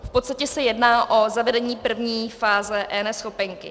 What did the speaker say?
V podstatě se jedná o zavedení první fáze eNeschopenky.